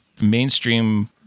mainstream